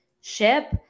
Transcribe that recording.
ship